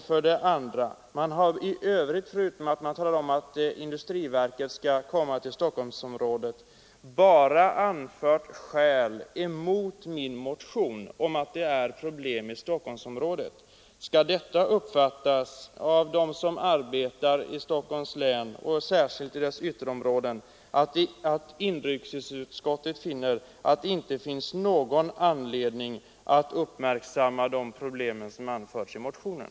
För det andra: Bortsett från att utskottet nämner att industriverket skall lokaliseras till Stockholmsområdet har utskottet bara anfört skäl som talar emot påpekandena i vår motion om att det finns problem i Stockholmsområdet. Skall detta uppfattas så av dem som arbetar i Stockholms län, särskilt i dess ytterområden, att inrikesutskottet finner att det inte finns någon anledning att uppmärksamma de problem som tagits upp i motionen?